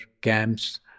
camps